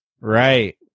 Right